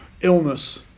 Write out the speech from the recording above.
illness